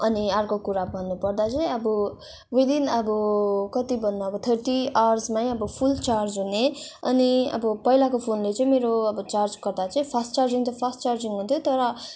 अनि अर्को कुरा भन्नुपर्दा चाहिँ अब विदिन अब कति भन्नु अब थर्टी आवर्समै अब फुल चार्ज हुने अनि अब पहिलाको फोनले चाहिँ मेरो अब चार्ज गर्दा चाहिँ फास्ट चार्जिङ त फास्ट चार्जिङ हुन्थ्यो तर